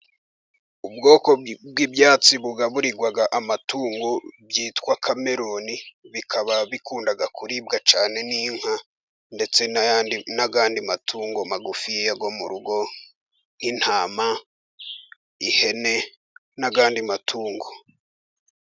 Ubwoko bw'ibyatsi bugaburirwa amatungo, byitwa cameroni bikaba bikundwa kuribwa cyane n'inka ndetse n'ayandi matungo magufi, cyagwa mu rugo nk'intama ihene n'andi matungo.